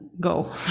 go